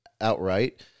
outright